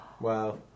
Wow